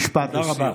תודה רבה.